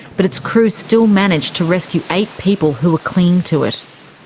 but its crew still managed to rescue eight people who were clinging to it.